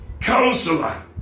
Counselor